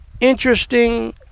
interesting